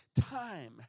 Time